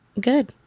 Good